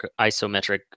isometric